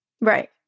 Right